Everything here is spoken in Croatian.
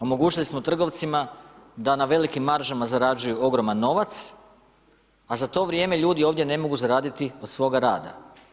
Omogućili smo trgovcima da na velikim maržama zarađuju ogroman novac a za to vrijeme ljudi ovdje ne mogu zaraditi od svoga rada.